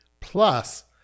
Plus